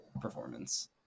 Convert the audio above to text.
performance